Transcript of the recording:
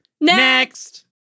Next